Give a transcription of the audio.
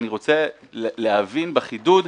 אני רוצה להבין בחידוד,